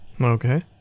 Okay